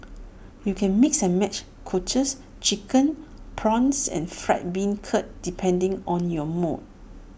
you can mix and match Cockles Chicken Prawns and Fried Bean Curd depending on your mood